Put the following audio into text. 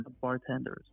bartenders